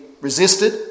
resisted